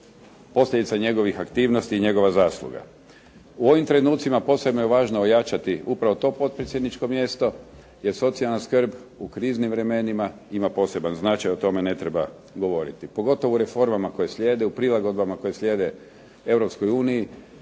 posljedica njegovih aktivnosti i njegova zasluga. U ovim trenucima posebno je važno ojačati upravo to potpredsjedničko mjesto, jer socijalna skrb u kriznim vremenima ima poseban značaj, o tome ne treba govoriti, pogotovo u reformama koje slijede u prilagodbama koje slijede,